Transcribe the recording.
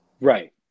Right